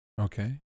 Okay